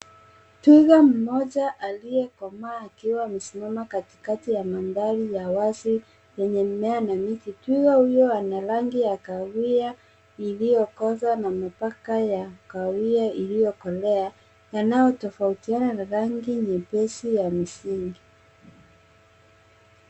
Twiga mmoja aliyekomaa akiwa amesimama katikati ya mandhari ya wazi yenye mimea na miti. Twiga huyo ana rangi ya kahawia iliyokoza na mipaka ya kahawia iliyokolea yanayotofautiana na rangi nyepesi ya msingi.